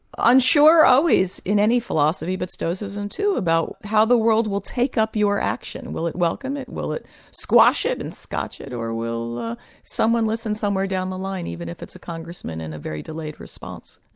i'm sure always in any philosophy, but stoicism too, about how the world will take up your action. will it welcome it? will it squash it and scotch it? or will someone listen somewhere down the line, even it's a congressman in a very delayed response.